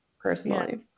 personally